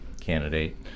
candidate